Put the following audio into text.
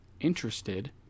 interested